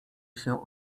się